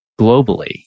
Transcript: globally